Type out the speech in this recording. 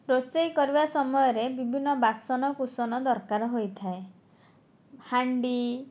ରୋଷେଇ କରିବା ସମୟରେ ବିଭିନ୍ନ ବାସନ କୁସନ ଦରକାର ହୋଇଥାଏ ହାଣ୍ଡି